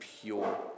pure